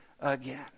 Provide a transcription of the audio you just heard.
again